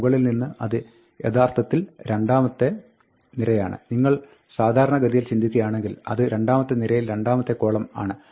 മുകളിൽ നിന്ന് അത് യഥാർത്ഥിൽ രണ്ടാമത്തെ നിരയാണ് നിങ്ങൾ സാധാരണ ഗതിയിൽ ചിന്തിക്കുകയാണെങ്കിൽ അത് രണ്ടാമത്തെ നിരയിൽ രണ്ടാമത്തെ കോളം ആണ്